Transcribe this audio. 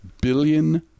billion